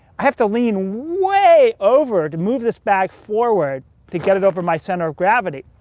i have to lean way over to move this bag forward to get it over my center of gravity.